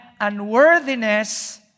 unworthiness